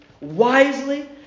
wisely